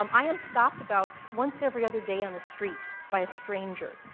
um i am stopped about once every other day on the street by a stranger,